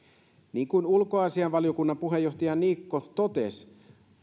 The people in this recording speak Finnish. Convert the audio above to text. niin kuin ulkoasiainvaliokunnan puheenjohtaja niikko totesi